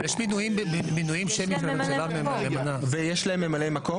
אבל יש מינויים שהם --- ויש להם ממלאי מקום?